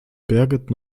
birgit